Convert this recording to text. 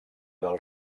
del